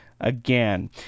again